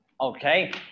Okay